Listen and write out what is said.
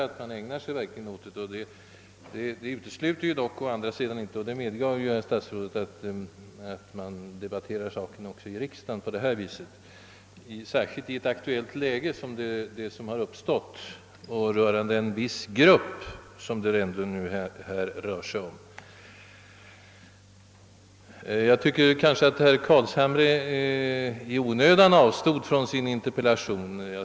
Å andra sidan utesluter inte detta och det medgav herr statsrådet -— att man också i riksdagen på detta sätt debatterar saken, särskilt i det aktuella läge som uppstått beträffande en viss grupp av medborgare. Enligt min mening avstod herr Carlshamre i onödan från sin interpellation.